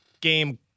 game